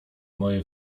moje